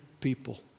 people